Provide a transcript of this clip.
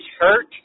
hurt